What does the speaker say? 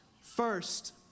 First